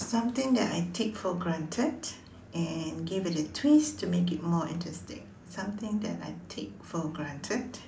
something that I take for granted and give it a twist to make it more interesting something that I take for granted